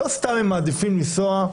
לא סתם הם מעדיפים לנסוע,